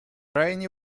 крайне